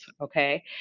Okay